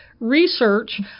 research